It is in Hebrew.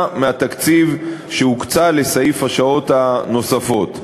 מהתקציב שהוקצה לסעיף השעות הנוספות.